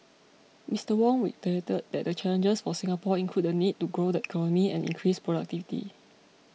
Mister Wong reiterated that the challenges for Singapore include the need to grow the economy and increase productivity